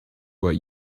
what